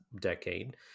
decade